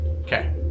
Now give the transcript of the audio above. Okay